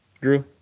Drew